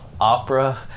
opera